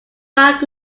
back